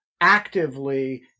actively